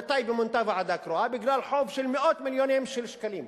בטייבה מונתה ועדה קרואה בגלל חוב של מאות מיליוני שקלים.